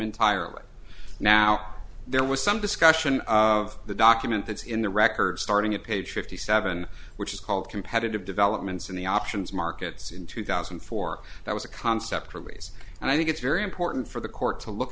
entirely now there was some discussion of the document that's in the record starting at page fifty seven which is called competitive developments in the options markets in two thousand and four that was a concept to raise and i think it's very important for the court to look